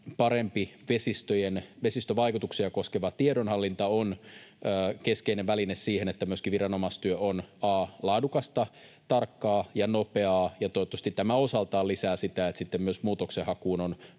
parempi vesistövaikutuksia koskeva tiedonhallinta on keskeinen väline siihen, että myöskin viranomaistyö on laadukasta, tarkkaa ja nopeaa. Ja toivottavasti tämä osaltaan lisää sitä, että sitten myös muutoksenhakuun on